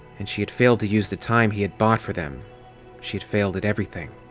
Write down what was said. and she had failed to use the time he had bought for them she had failed at everything.